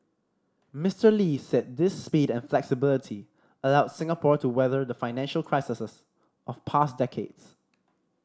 Mister Lee said this speed and flexibility allowed Singapore to weather the financial of past decades